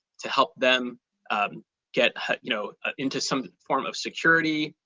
to help them get you know ah into some form of security,